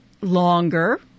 longer